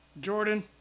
Jordan